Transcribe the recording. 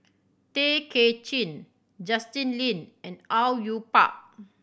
Tay Kay Chin Justin Lean and Au Yue Pak